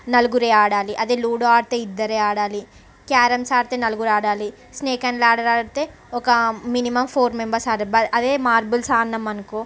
నలుగురే ఆడాలి అదే లూడో ఆడితే ఇద్దరే ఆడాలి క్యారమ్స్ ఆడితే నలుగురు ఆడాలి స్నేక్ అండ్ లాడర్ ఆడితే ఒక మినిమం ఫోర్ మెంబెర్స్ అదే మార్బల్స్ ఆడినము అనుకో